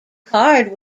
card